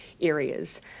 areas